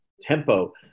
tempo